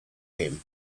him